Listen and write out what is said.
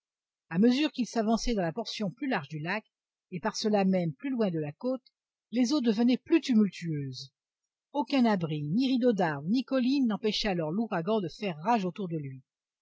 à mesure qu'il s'avançait dans la portion plus large du lac et par cela même plus loin de la côte les eaux devenaient plus tumultueuses aucun abri ni rideau d'arbres ni collines n'empêchait alors l'ouragan de faire rage autour de lui